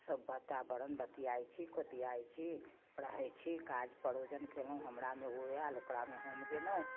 सब वातावरण बतिआइत छी खोतियाइत छी रहैत छी काज परोजन केलहुँ हमरामे ओ आएल ओकरामे हम गेलहुँ